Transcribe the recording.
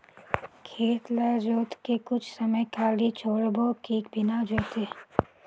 खेत ल जोत के कुछ समय खाली छोड़बो कि बिना जोते?